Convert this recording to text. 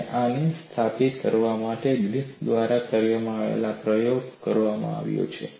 અને આને સ્થાપિત કરવા માટે ગ્રિફિથ સાથે કયા પ્રકારનો પ્રયોગ કરવામાં આવ્યો છે